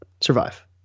Survive